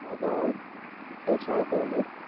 हजुर हुन्छ उसो भने